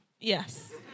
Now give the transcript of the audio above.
Yes